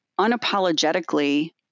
unapologetically